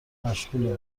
مشغوله